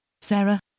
Sarah